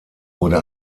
wurde